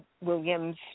Williams